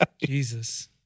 Jesus